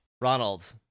ronald